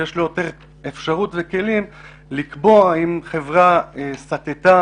שיש לו יותר אפשרויות וכלים לקבוע האם חברה סטתה